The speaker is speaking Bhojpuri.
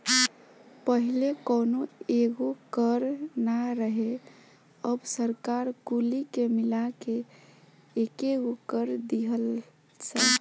पहिले कौनो एगो कर ना रहे अब सरकार कुली के मिला के एकेगो कर दीहलस